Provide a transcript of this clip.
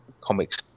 comics